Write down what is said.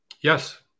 yes